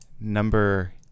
Number